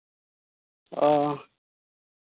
ᱚᱻ